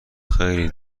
خیلی